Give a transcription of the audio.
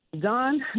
Don